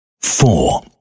four